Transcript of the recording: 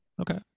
Okay